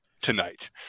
tonight